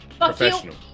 Professional